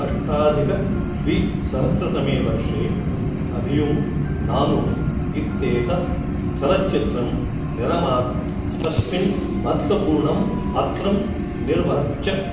अष्टाधिकद्विसहस्रतमे वर्षे अभियुं नानुम् इत्येतत् चलच्चित्रं निर्मात् तस्मिन् महत्त्वपूर्णं पात्रं निर्वहच्च